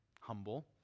humble